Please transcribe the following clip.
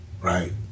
right